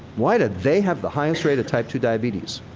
why do they have the highest rate of type two diabetes?